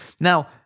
Now